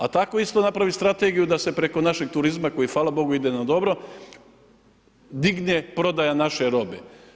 A tako isto napraviti strategiju da se preko našeg turizma, koji hvala Bogu ide dobro, digne prodaja naše robe.